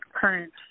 current